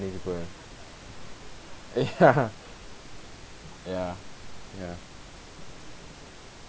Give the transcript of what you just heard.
ya ya ya